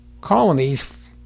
colonies